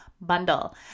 bundle